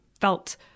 felt